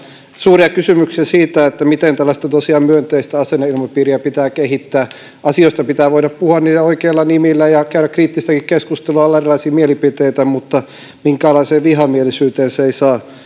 suuria kysymyksiä siitä miten tosiaan tällaista myönteistä asenneilmapiiriä pitää kehittää asioista pitää voida puhua niiden oikeilla nimillä ja käydä kriittistäkin keskustelua olla erilaisia mielipiteitä mutta minkäänlaiseen vihamielisyyteen se ei saa